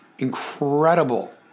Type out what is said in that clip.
incredible